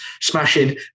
smashing